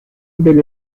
del